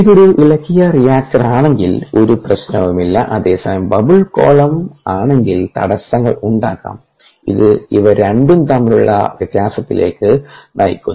ഇത് ഒരു ഇളക്കിയ റിയാക്ടറാണെങ്കിൽ ഒരു പ്രശ്നവുമില്ല അതേസമയം ബബിൾ കോളം ആണെങ്കിൽ തടസ്സങ്ങൾ ഉണ്ടാകാം ഇത് ഇവ രണ്ടും തമ്മിലുള്ള വ്യത്യാസത്തിലേക്ക് നയിക്കുന്നു